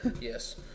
Yes